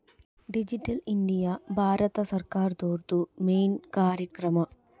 digital India ಭಾರತ ಸರ್ಕಾರ್ದೊರ್ದು main ಕಾರ್ಯಕ್ರಮ